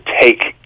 take